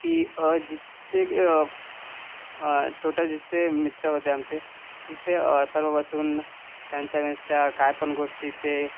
की जिथे टोटल जितके मित्र होते आमचे तिथे सर्व बसून त्यांच्या काही पण गोष्टी ते